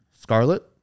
Scarlet